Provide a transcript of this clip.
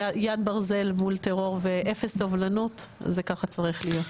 יד ברזל מול טרור ואפס סבלנות זה ככה צריך להיות.